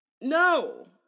No